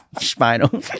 spinal